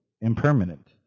impermanent